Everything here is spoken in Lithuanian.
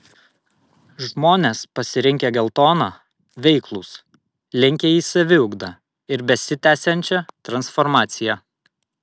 žmones pasirinkę geltoną veiklūs linkę į saviugdą ir besitęsiančią transformaciją